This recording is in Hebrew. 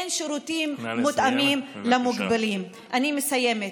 אין שירותים מותאמים למוגבלים, אני מסיימת.